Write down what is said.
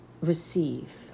receive